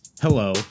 Hello